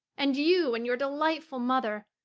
and you and your delightful mother,